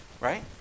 Right